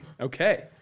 Okay